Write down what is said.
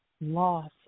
loss